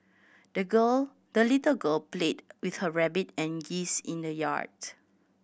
the girl the little girl played with her rabbit and geese in the yard